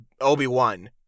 Obi-Wan